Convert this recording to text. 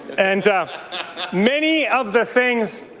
and many of the things,